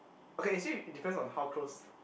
okay actually it depends on how close